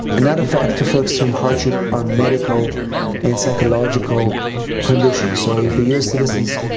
another factor for extreme hardship are medical and psychological conditions. so if the u s. citizens,